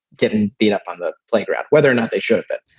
getting beat up on the playground, whether or not they should. but